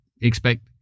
expect